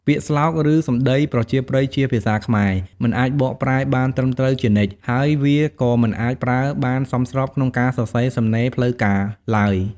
ពាក្យស្លោក ឬសំដីប្រជាប្រិយជាភាសាខ្មែរ មិនអាចបកប្រែបានត្រឹមត្រូវជានិច្ច ហើយវាក៏មិនអាចប្រើបានសមស្របក្នុងការសរសេរសំណេរផ្លូវការឡើយ។